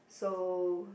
so